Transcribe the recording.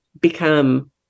become